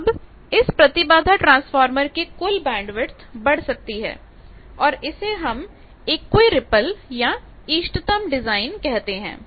तब इस प्रतिबाधा ट्रांसफार्मर की कुल बैंडविथ बढ़ सकती है और इसे हम इक्कोईरिप्पल या इष्टतम डिजाइन कहते हैं